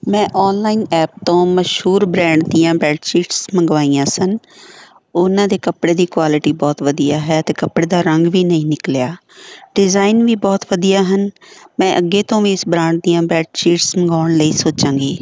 ਮੈਂ online app ਤੋਂ ਮਸ਼ਹੂਰ ਬਰੈਂਡ ਦੀਆਂ ਬੈਡਸ਼ੀਟਸ ਮੰਗਵਾਈਆਂ ਸਨ ਉਹਨਾਂ ਦੇ ਕੱਪੜੇ ਦੀ ਕੁਆਲਿਟੀ ਬਹੁਤ ਵਧੀਆ ਹੈ ਅਤੇ ਕੱਪੜੇ ਦਾ ਰੰਗ ਵੀ ਨਹੀਂ ਨਿਕਲਿਆ ਡਿਜ਼ਾਇਨ ਵੀ ਬਹੁਤ ਵਧੀਆ ਹਨ ਮੈਂ ਅੱਗੇ ਤੋਂ ਵੀ ਇਸ ਬਰਾਂਡ ਦੀਆਂ ਬੈਡਸ਼ੀਟਸ ਮੰਗਾਉਣ ਲਈ ਸੋਚਾਂਗੀ